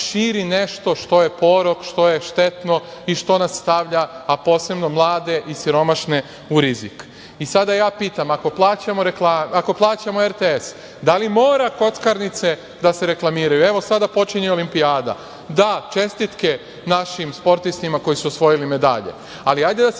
širi nešto što je porok, što je štetno i što nas stavlja, a posebno mlade i siromašne u rizik. Sada ja pitam, ako plaćamo RTS, da li mora kockarnice da se reklamiraju? Evo, sada počinje Olimpijada, da čestitke našim sportistima koji su usvojili medalje, ali hajde da se